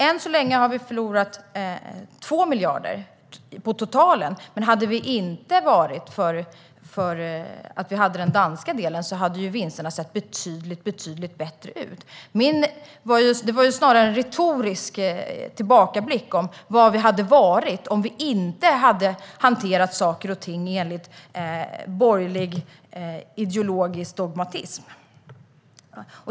Än så länge har vi förlorat 2 miljarder på totalen, och hade vi inte haft den danska delen hade resultatet sett betydligt bättre ut. Jag gjorde snarare en retorisk tillbakablick på var vi hade varit om vi inte hade hanterat saker och ting enligt borgerlig ideologisk dogmatism.